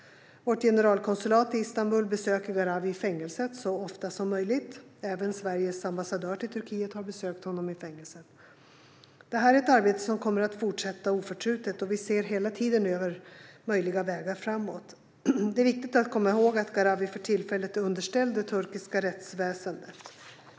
Vårt generalkonsulat i Istanbul besöker Gharavi i fängelset så ofta som möjligt. Även Sveriges ambassadör i Turkiet har besökt honom i fängelset. Detta är ett arbete som kommer att fortsätta oförtrutet, och vi ser hela tiden över möjliga vägar framåt. Det är viktigt att komma ihåg att Gharavi för tillfället är underställd det turkiska rättsväsendet.